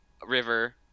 River